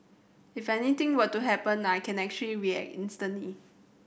if anything were to happen I can actually react instantly